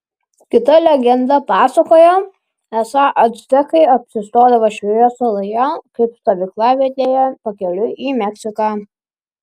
kita legenda pasakoja esą actekai apsistodavo šioje saloje kaip stovyklavietėje pakeliui į meksiką